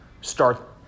start